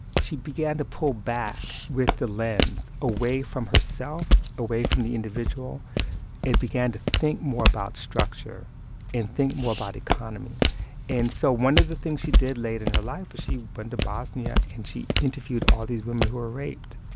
she began to pull back with the lens away from herself, away from the individual and began to think more about structure and think more about economy and so one of the things she did late in her life was she went to bosnia. and she interviewed all these women who were raped.